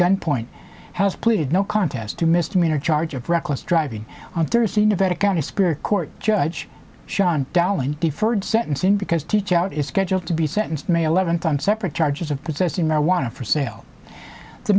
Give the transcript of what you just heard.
gunpoint has pleaded no contest to misdemeanor charge of reckless driving on thursday nevada county superior court judge sean dowling deferred sentencing because teach out is scheduled to be sentenced may eleventh on separate charges of possessing marijuana for sale the